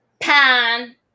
Pan